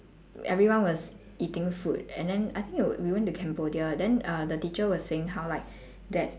everyone was eating food and then I think would we went to cambodia then uh the teacher was saying how like that